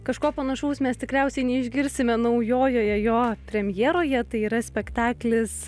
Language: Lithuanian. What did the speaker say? kažko panašaus mes tikriausiai neišgirsime naujojoje jo premjeroje tai yra spektaklis